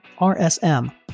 RSM